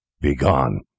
Begone